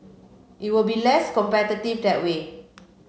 it will be less competitive that way